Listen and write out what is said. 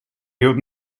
hield